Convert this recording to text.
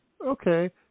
okay